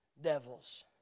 devils